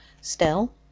Still